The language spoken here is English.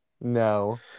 no